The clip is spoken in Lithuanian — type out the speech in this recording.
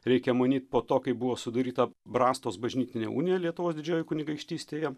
reikia manyt po to kai buvo sudaryta brastos bažnytinė unija lietuvos didžiojoj kunigaikštystėje